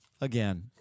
again